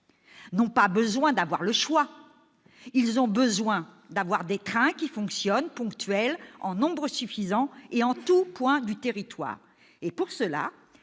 n'ont pas besoin d'avoir le choix, ils ont besoin d'avoir des trains qui fonctionnent, qui soient ponctuels, en nombre suffisant et en tous points du territoire. Pour cela,